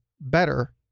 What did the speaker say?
better